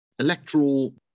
electoral